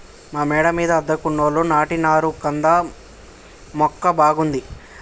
మా మేడ మీద అద్దెకున్నోళ్లు నాటినారు కంద మొక్క బాగుంది